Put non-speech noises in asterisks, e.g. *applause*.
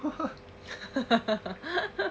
*laughs*